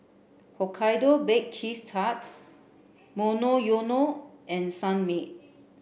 Hokkaido Baked Cheese Tart Monoyono and Sunmaid